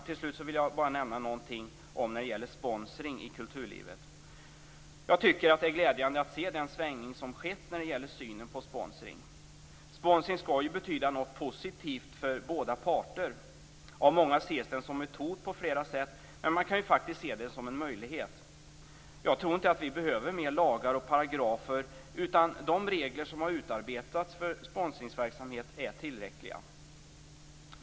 Till slut vill jag nämna något när det gäller sponsring i kulturlivet. Jag tycker att det är glädjande att se den svängning som har skett när det gäller synen på sponsring. Sponsring skall ju betyda något positivt för båda parter. Av många ses den som ett hot på flera sätt, men man kan ju faktiskt se det som en möjlighet. Jag tror inte att vi behöver mer lagar och paragrafer utan de regler som utarbetats för sponsringsverksamhet är tillräckliga.